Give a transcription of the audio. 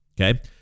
Okay